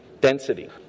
density